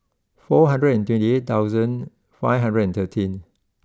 four hundred and twenty eight thousand five hundred and thirteen